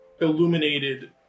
illuminated